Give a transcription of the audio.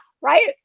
right